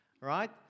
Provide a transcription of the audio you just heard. right